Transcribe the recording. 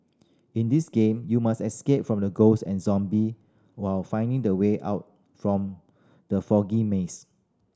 in this game you must escape from the ghosts and zombie while finding the way out from the foggy maze